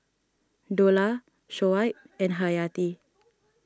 Dollah Shoaib and Hayati